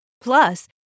Plus